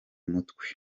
mutwe